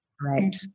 Right